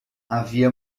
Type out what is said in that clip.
havia